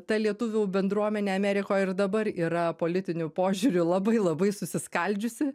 ta lietuvių bendruomenė amerikoj ir dabar yra politiniu požiūriu labai labai susiskaldžiusi